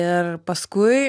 ir paskui